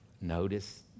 notice